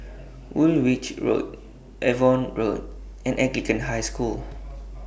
Woolwich Road Avon Road and Anglican High School